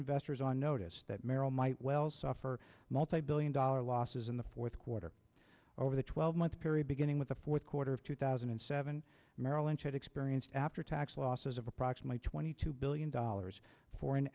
investors on notice that merrill might well suffer multibillion dollar losses in the fourth quarter over the twelve month period beginning with the fourth quarter of two thousand and seven merrill lynch experienced after tax losses of approximately twenty two billion dollars for an